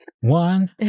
One